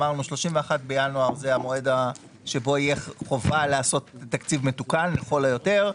אמרנו 31 בינואר הוא המועד שבו יהיה חובה לעשות תקציב מתוקן לכל היותר,